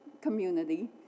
community